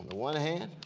one hand